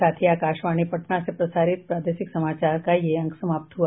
इसके साथ ही आकाशवाणी पटना से प्रसारित प्रादेशिक समाचार का ये अंक समाप्त हुआ